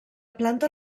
planta